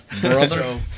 Brother